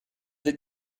that